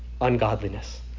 ungodliness